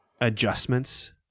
adjustments